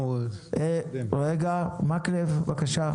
מקלב, בבקשה.